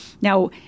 Now